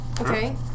Okay